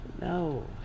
no